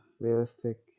realistic